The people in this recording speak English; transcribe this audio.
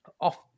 off